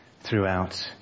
throughout